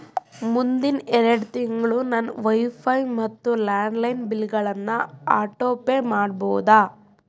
ಮುಂದಿನ ಎರಡು ತಿಂಗಳು ನನ್ನ ವೈಫೈ ಮತ್ತು ಲ್ಯಾಂಡ್ಲೈನ್ ಬಿಲ್ಗಳನ್ನು ಆಟೊಪೇ ಮಾಡ್ಬೌದಾ